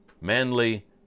manly